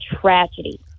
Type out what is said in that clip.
tragedy